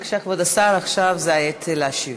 בבקשה, כבוד השר, עכשיו זו העת להשיב.